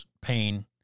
pain